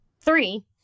Three